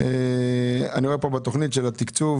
אני רואה פה בתוכנית תקצוב